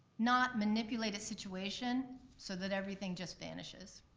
not manipulate a situation so that everything just vanishes.